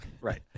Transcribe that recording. Right